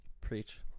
Preach